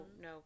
no